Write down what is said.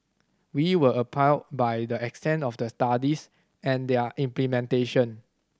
we were appalled by the extent of the studies and their implementation